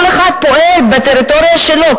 כל אחד פועל בטריטוריה שלו,